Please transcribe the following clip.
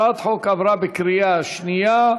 הצעת החוק עברה בקריאה שנייה.